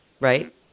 right